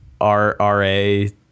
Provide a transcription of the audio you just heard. RRA